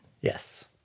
yes